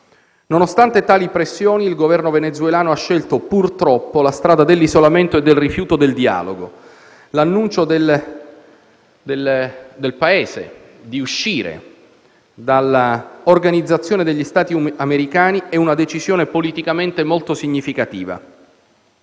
Nonostante tali pressioni, il Governo venezuelano ha scelto, purtroppo, la strada dell'isolamento e del rifiuto del dialogo. L'annuncio del Paese di voler uscire dall'Organizzazione degli Stati americani è una decisione politicamente molto significativa.